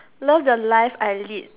love the life I lead